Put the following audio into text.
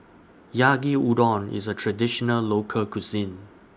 Yaki Udon IS A Traditional Local Cuisine